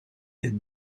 est